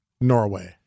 Norway